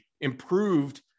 improved